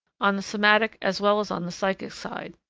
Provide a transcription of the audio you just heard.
on the somatic as well as on the psychic side.